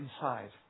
inside